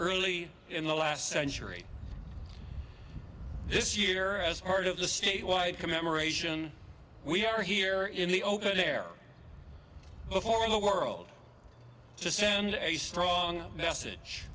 early in the last century this year as part of the statewide commemoration we are here in the open air before the world to send a strong message